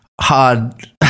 hard